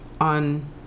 on